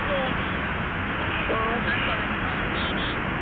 दे दे आहाबो बेलेगाव थानांगौ दोन्थनोसै दे औ दे